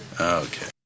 okay